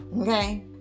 okay